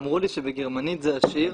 אמרו לי שבגרמנית זה עשיר,